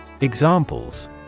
Examples